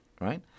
right